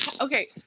Okay